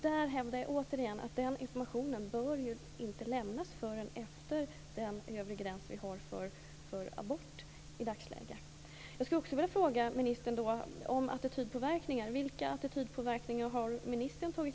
Där hävdar jag återigen att informationen inte bör lämnas förrän efter den övre gräns vi i dagsläget har för abort.